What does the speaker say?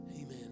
Amen